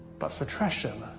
but, for tresham,